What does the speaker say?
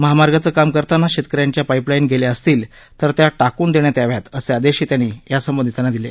महामार्गाचे काम करताना शेतकऱ्यांच्या पाईपलाईन गेल्या असतील तर त्या टाकून देण्यात याव्यात असेही आदेश त्यांनी संबंधितांना दिले